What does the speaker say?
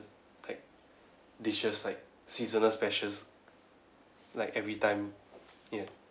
like dishes like seasonal specials like every time ya